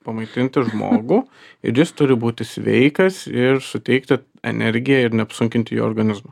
pamaitinti žmogų ir jis turi būti sveikas ir suteikti energiją ir neapsunkinti jo organizmo